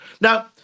Now